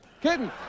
Kidding